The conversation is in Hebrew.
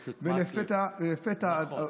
ולפתע,